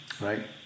right